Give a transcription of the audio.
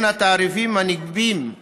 בתעריפים הנגבים,